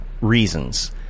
reasons